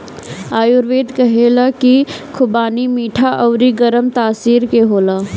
आयुर्वेद कहेला की खुबानी मीठा अउरी गरम तासीर के होला